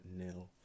nil